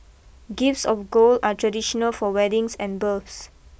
gifts of gold are traditional for weddings and births